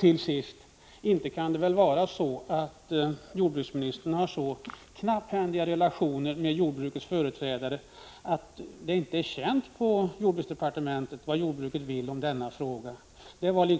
Till sist: Inte kan det väl vara så att jordbruksministern har så knapphändiga kontakter med jordbrukets företrädare att det inte är känt inom jordbruksdepartementet vad jordbruket vill i denna fråga?